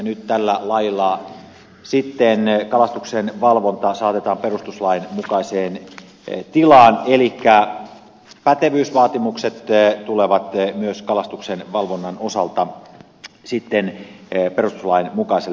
nyt tällä lailla kalastuksenvalvontaa saatetaan perustuslain mukaiseen tilaan elikkä pätevyysvaatimukset tulevat myös kalastuksenvalvonnan osalta perustuslain mukaiselle tasolle